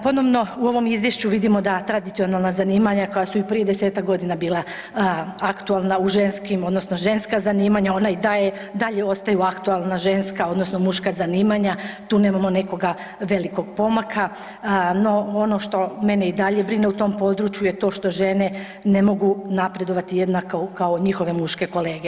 Ponovno u ovom izvješću vidimo da tradicionalna zanimanja koja su i prije 10-tak godina bila aktualna u ženskim odnosno ženska zanimanja ona i dalje ostala aktualna ženska odnosno muška zanimanja, tu nemamo nekoga velikog pomaka no ono što mene i dalje brine u tom području je to što žene ne mogu napredovati jednako kao njihove muške kolege.